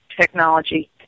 technology